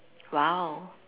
!wow!